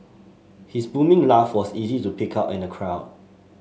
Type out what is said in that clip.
his booming laugh was easy to pick out in the crowd